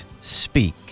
speak